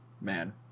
Man